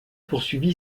poursuivi